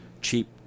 cheap